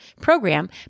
program